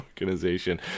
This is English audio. organization